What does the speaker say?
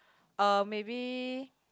uh maybe